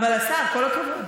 אבל השר, כל הכבוד.